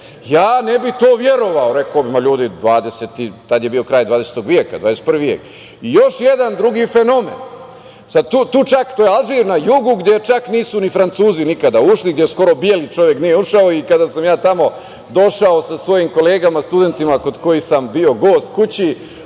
ja ne bih to verovao, rekao bih - ma ljudi 20, tada je bio kraj 20. veka, 21. vek je. Još jedan drugi fenomen, to je Alžir na jugu gde čak nisu ni Francuzi nikada ušli, gde skoro beli čovek nije ušao, i kada sam ja tamo došao sa svojim kolegama studentima, kod kojih sam bio gost kući,